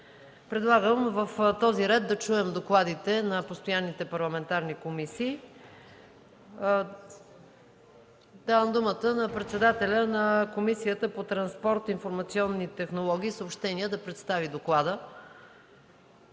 Предлагам в този ред да чуем докладите на постоянните парламентарни комисии. Давам думата на председателя на Комисията по транспорт, информационни технологии и съобщения да представи Доклада